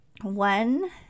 One